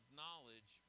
knowledge